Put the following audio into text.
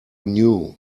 knew